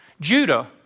Judah